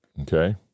okay